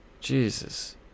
Jesus